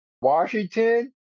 Washington